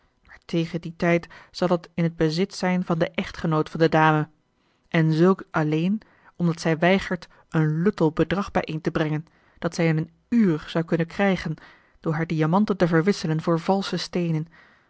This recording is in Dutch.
tegen dien tijd zal het in het bezit zijn van den echtgenoot van de dame en zulks alleen omdat zij weigert een luttel bedrag bijeen te brengen dat zij in een uur zou kunnen krijgen door haar diamanten te verwisselen voor valsche steenen